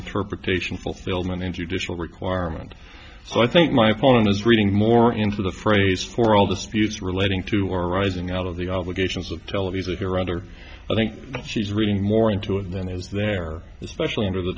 interpretation fulfillment in judicial requirement so i think my opponent is reading more into the phrase for all disputes relating to or arising out of the obligations of televisa here rather i think she's reading more into it than is there especially under the